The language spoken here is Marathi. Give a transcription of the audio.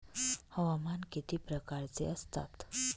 हवामान किती प्रकारचे असतात?